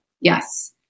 Yes